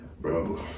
Bro